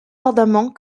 ardemment